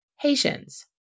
Haitians